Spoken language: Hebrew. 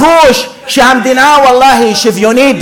לחוש שהמדינה, ואללה, היא שוויונית?